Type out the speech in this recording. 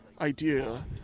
idea